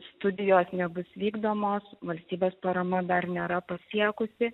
studijos nebus vykdomos valstybės parama dar nėra pasiekusi